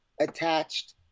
attached